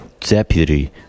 Deputy